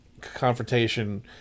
confrontation